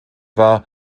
war